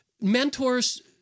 Mentors